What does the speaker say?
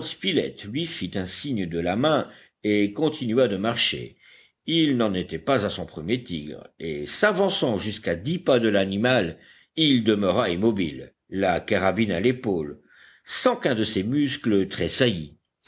spilett lui fit un signe de la main et continua de marcher il n'en était pas à son premier tigre et s'avançant jusqu'à dix pas de l'animal il demeura immobile la carabine à l'épaule sans qu'un de ses muscles